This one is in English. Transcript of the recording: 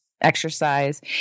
Exercise